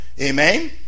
amen